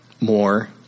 more